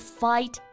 fight